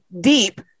deep